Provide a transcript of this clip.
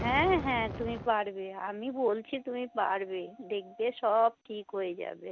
হ্যাঁ হ্যাঁ তুমি পারবে আমি বলছি তুমি পারবে দেখবে সব ঠিক হয়ে যাবে